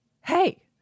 Hey